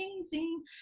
amazing